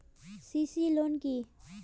CC loan কি?